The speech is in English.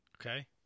Okay